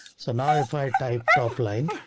so now if i type top line,